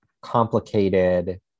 complicated